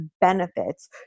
benefits